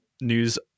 news